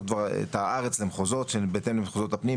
המחוזות כבר את הארץ למחוזות בהתאם למחוזות הפנים,